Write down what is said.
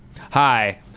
Hi